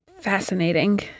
Fascinating